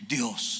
Dios